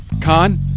con